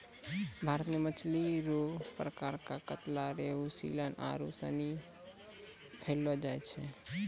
भारत मे मछली रो प्रकार कतला, रेहू, सीलन आरु सनी पैयलो जाय छै